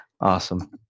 awesome